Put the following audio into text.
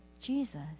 Jesus